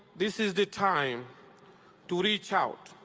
this is the time to reach out.